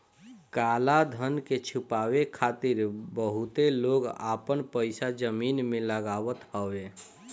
काला धन के छुपावे खातिर बहुते लोग आपन पईसा जमीन में लगावत हवे